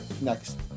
next